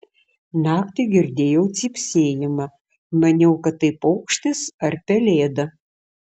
naktį girdėjau cypsėjimą maniau kad tai paukštis ar pelėda